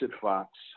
Fox